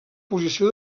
posició